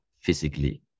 physically